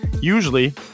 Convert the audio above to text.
Usually